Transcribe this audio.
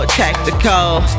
tactical